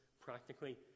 practically